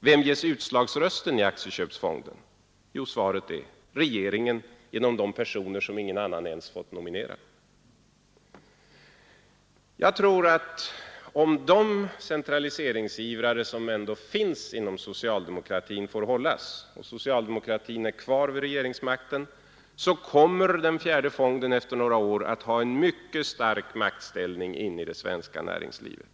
Vem ges utslagsröst i aktieköpsfonden? Svaret är: regeringen, genom de personer som ingen annan fått nominera. Om de centraliseringsivrare som ändå finns inom socialdemokratin får hållas, och om socialdemokratin är kvar vid regeringsmakten, så tror jag att den fjärde fonden efter några år kommer att ha en mycket stark maktställning i det svenska näringslivet.